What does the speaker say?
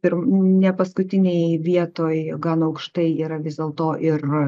ir ne paskutinėj vietoj gan aukštai yra vis dėlto ir